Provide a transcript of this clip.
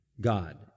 God